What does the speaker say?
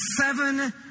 seven